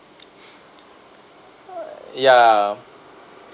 yeah